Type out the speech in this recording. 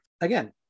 again